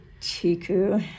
chiku